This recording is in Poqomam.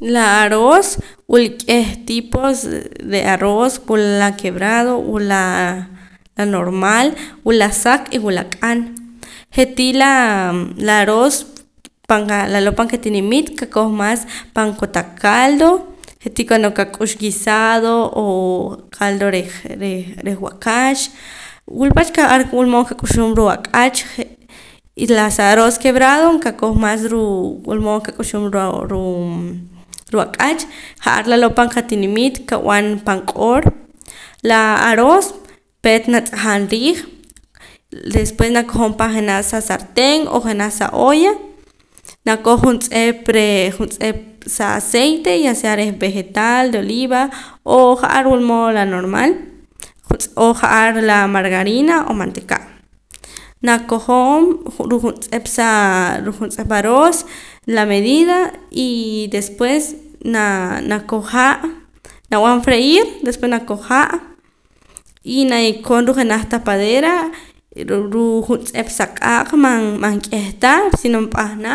La aroos wul k'eh tipos de aroos wula la quebrado wula la normal wula saq y wula q'an je'tii laa la aroos pan qa laloo' pan qatinimiit qakoj maas pan kotaq caldo je'tii cuando qak'ux guisado o clado reh reh waakax wulpach ja'ar wulmood qak'uxum ruu' ak'ach je' y la sa aroos quebrado qakoj mas ruu' wulmood qak'ux ruu' ak'ach ja'ar laloo' pan qatinimiit qab'an pan q'oor la aroos peet natz'ajam riij depués nakojom pan jenaj sa sartén o janaj sa olla nakoj juntz'ep re' juntz'ep sa aciete ya sea reh vegetal reh oliva o ja'ar wulmood la normal tz'oo' ja'ar la margarina o manteeka' nakojom ruu' juntz'ep saa ruu' juntz'ep aroos la medida y después naa nakoj ha' nab'an freir después nakoj ha' y naye'koon ruu' jenaj tapadera ruu' juntz'ep sa q'aaq' man man k'eh ta sino np'ahna